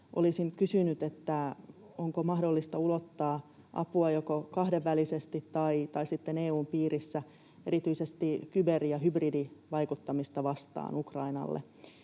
olisin kysynyt, onko mahdollista ulottaa apua joko kahdenvälisesti tai sitten EU:n piirissä erityisesti kyber‑ ja hybridivaikuttamista vastaan Ukrainalle.